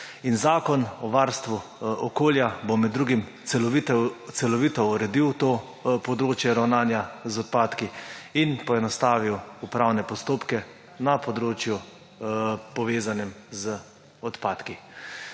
Zakon o varstvu okolja bo med drugim celovito uredil to področje ravnanja z odpadki in poenostavil upravne postopke na področju, povezanim z odpadki.